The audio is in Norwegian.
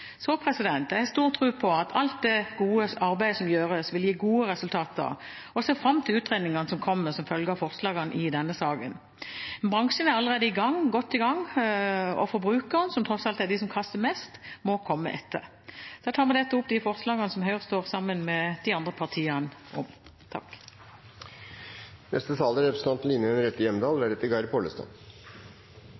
gode arbeidet som gjøres, vil gi gode resultater, og jeg ser fram til utredningene som kommer som følge av forslagene i denne saken. Bransjen er allerede godt i gang, og forbrukerne, som tross alt er de som kaster mest, må komme etter. Å spise opp maten sin, slik vi alle er oppdratt til å gjøre, er ikke bare høflig. Det er også med